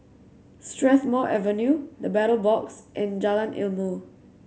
Strathmore Avenue The Battle Box and Jalan Ilmu